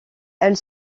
elle